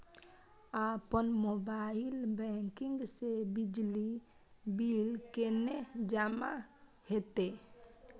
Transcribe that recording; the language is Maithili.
अपन मोबाइल बैंकिंग से बिजली बिल केने जमा हेते?